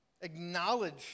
acknowledge